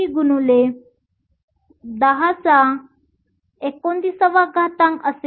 188 x 1029 असेल